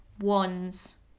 wands